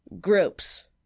Groups